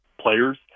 players